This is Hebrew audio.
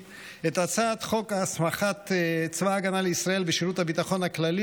את הצעת חוק הסמכת צבא הגנה לישראל ושירות הביטחון הכללי